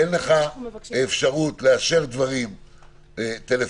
כל עוד שאין לך אפשרות לאשר דברים טלפונית